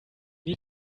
need